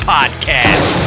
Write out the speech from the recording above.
Podcast